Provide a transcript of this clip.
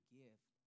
gift